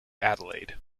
adelaide